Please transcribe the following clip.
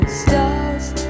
stars